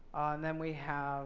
then we have